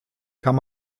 kann